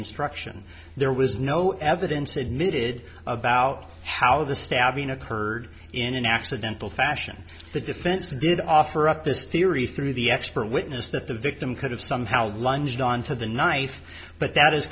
instruction there was no evidence admitted about how the stabbing occurred in an accidental fashion the defense did offer up this theory through the expert witness that the victim could have somehow lunged on to the knife but that is